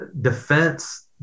defense